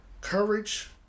Courage